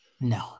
No